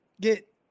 get